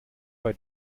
bei